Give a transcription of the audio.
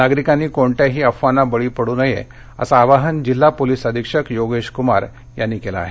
नागरिकांनी कोणत्याही अफवांना बळी पडू नये असं आवाहन जिल्हा पोलिस अधीक्षक योगेश कुमार यांनी केलं आहे